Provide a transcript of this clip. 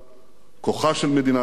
כוחה של מדינת ישראל,